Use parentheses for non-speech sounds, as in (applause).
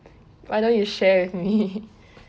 why don't you share with me (laughs)